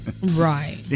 Right